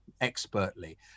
expertly